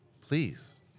please